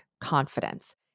confidence